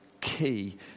key